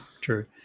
true